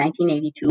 1982